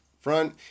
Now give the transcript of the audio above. front